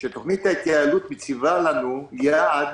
כאשר תוכנית ההתייעלות מציבה לנו יעד